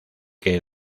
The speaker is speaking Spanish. que